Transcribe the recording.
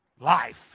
life